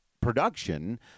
production